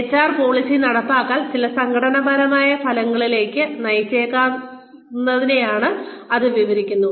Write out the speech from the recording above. HR policy നടപ്പാക്കൽ ചില സംഘടനാപരമായ ഫലങ്ങളിലേക്ക് നയിച്ചേക്കാവുന്നതെങ്ങനെയെന്ന് അത് വിവരിക്കുന്നു